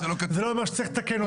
זה לא אומר שצריך לתקן אותם.